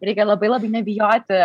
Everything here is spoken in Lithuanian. reikia labai labai nebijoti